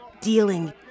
dealing